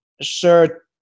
sure